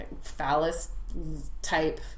phallus-type